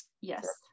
Yes